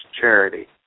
charity